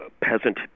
peasant